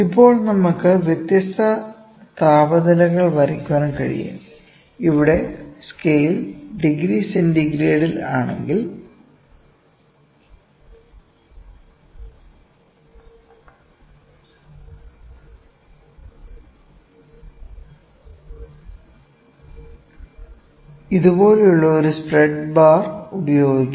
ഇപ്പോൾ നമുക്ക് വ്യത്യസ്ത താപനിലകൾ വരക്കാൻ കഴിയും ഇവിടെ സ്കെയിൽ ഡിഗ്രി സെന്റിഗ്രേഡിൽ ആണെങ്കിൽ ഇതുപോലുള്ള ഒരു സ്പ്രെഡ് ബാർ ഉപയോഗിക്കും